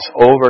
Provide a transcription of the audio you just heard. over